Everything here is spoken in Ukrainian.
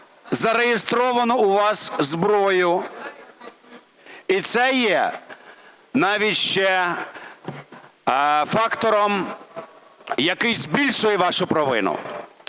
зареєстровану у вас зброю. І це є навіть ще фактором, який збільшує вашу провину.